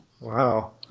wow